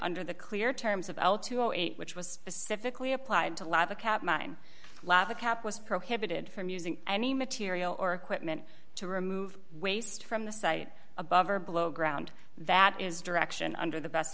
under the clear terms of l two hundred and eight which was specifically applied to live a cat mine lab the cap was prohibited from using any material or equipment to remove waste from the site above or below ground that is direction under the best